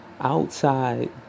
outside